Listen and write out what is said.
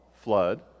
flood